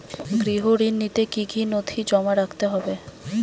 গৃহ ঋণ নিতে কি কি নথি জমা রাখতে হবে?